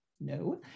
No